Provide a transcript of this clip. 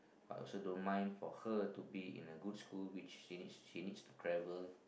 I also don't mind for her to be in a good school which she needs she needs to travel